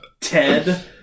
Ted